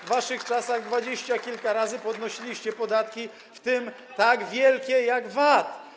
W waszych czasach dwadzieścia kilka razy podnosiliście podatki, w tym tak wielkie jak VAT.